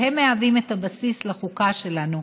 שהם מהווים את הבסיס לחוקה שלנו,